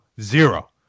zero